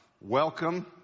welcome